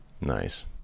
Nice